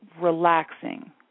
relaxing